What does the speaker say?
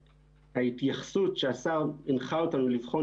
ההתייחסות שהשר הנחה אותנו לבחון עכשיו,